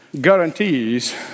guarantees